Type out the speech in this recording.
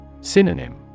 Synonym